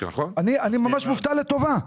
אני ממש מופתע לטובה,